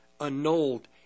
annulled